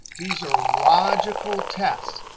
these are logical tests.